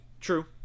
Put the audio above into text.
True